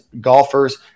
golfers